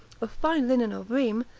of fine linen of rheims,